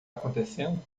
acontecendo